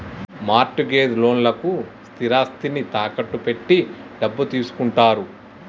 mart gauge లోన్లకు స్థిరాస్తిని తాకట్టు పెట్టి డబ్బు తీసుకుంటారు